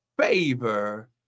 favor